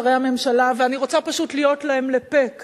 שרי הממשלה" ואני רוצה פשוט להיות להם לפה כאן,